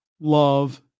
love